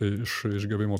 tai iš iš gavimo